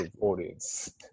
audience